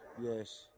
yes